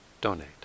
donate